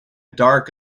dark